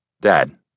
Dad